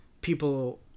people